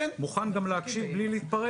אתה מוכן גם להקשיב בלי להתפרץ?